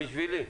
בשבילי.